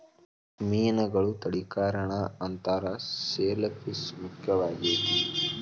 ಮೇನುಗಳ ತಳಿಕರಣಾ ಅಂತಾರ ಶೆಲ್ ಪಿಶ್ ಮುಖ್ಯವಾಗೆತಿ